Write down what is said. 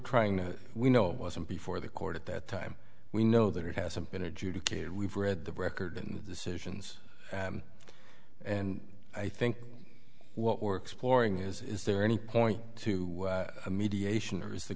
trying to we know it wasn't before the court at that time we know that it hasn't been adjudicated we've read the record and decisions and i think what we're exploring is is there any point to a mediation or is the